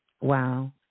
wow